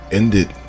ended